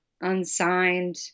unsigned